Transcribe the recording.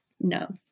No